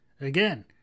Again